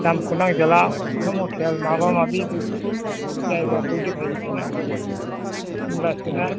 दामखौ नांजाला ओंखाम हटेल माबा माबि बेफोरखौ जायगाखौ देखाय हैथारनांगोन होनब्लासो ना